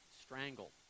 strangle